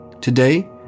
Today